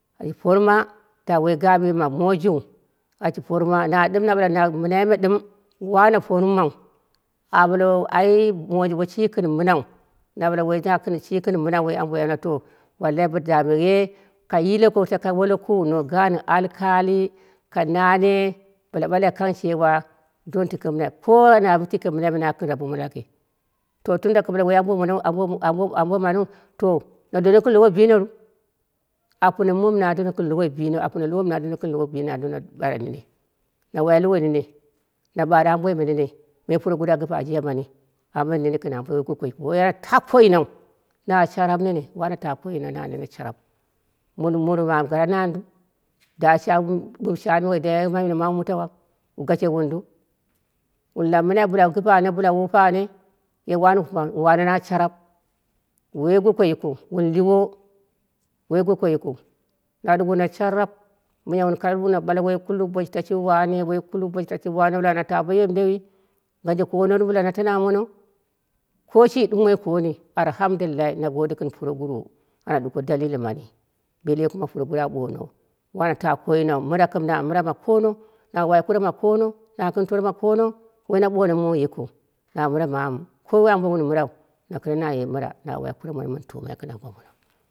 An porma da woi gaɓii woi ma mojiu ashi porma, na ɗim na ɓale mɨnai me ɗim wano pormau a ɓale ai moji woshi gɨn mɨnau, na ɓale woishi gɨn mɨnau na ɓale to wallayi bo gɨu mɨnau na ɓale to wallayi bo dameye ka yikeko toko wole kuwuno gaan alkali, ka nane bɨla ɓale aka cewa don tilke mɨnai ko ana a tike mɨna ma na gɨn tabo mono laki. To tanda ka ɓale woi aboi monou arnbo ambo maniu to na dono gɨn lowo binoru, apuno nuum na dona gɨn lowoi bino apuno lowi mi na dona gɨn lowoi bino na dim na dona bara nene, na wa lowi nene na baru amboime nene, em puroguruwu a gipe ajiya mani a woi goko yikiu ma min nene gin amboi nene wano ta koinau, na sharap nene wano la ko ina na nene sharap mondin muru mami koro nanidu da shau duk shani woi mataway wu gashewundu wun lab minai bilawun gipe ane bila wun wupe ane ge wani wupimau wu wane na sharap, woi goko yikiu wun tiwo woi goko yikiu na duwono sharap miya wun koro luno ɓala woi boshi tashiu wane woi boshi tashi wane na ɓale ana ta boye mɨdeiyi ganjo kono bɨla na tano amono. ko shi ɗumoi koni alhamdulillahi na gode gɨn puroguruwu ana ɗuko dalili mani, belle kuma purogururuwu a ɓono wano ta koinau. mɨra kam na mɨra ma kono, na wai kure ma kono na gɨn toro ma kono, woina ɓono mui yikɨu na mira mamu ko amboi woi wun mɨrau na kɨm naye mɨra na wai kure mono mɨn tumai gɨn ambo ambo mono